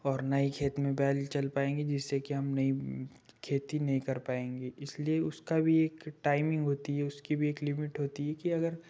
और ना ही खेत में बैल चल पाएँगे जिससे कि हम नहीं खेती नहीं कर पाएँगे इसलिए उसका भी एक टाइमिंग होती है उसकी भी एक लीमिट होती है कि अगर